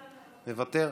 מוותר?